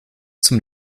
zum